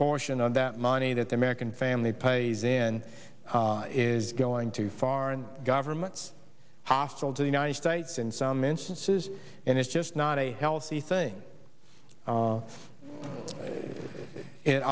portion of that money that the american family pays in is going to foreign governments hostile to the united states in some instances and it's just not a healthy thing